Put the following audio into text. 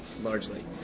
largely